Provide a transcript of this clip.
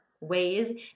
ways